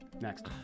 Next